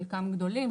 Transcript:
חלקם גדולים,